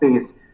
space